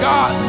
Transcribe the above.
God